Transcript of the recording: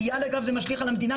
זה מייד משליך על המדינה,